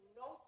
no